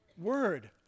word